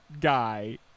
guy